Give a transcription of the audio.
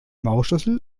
maulschlüssel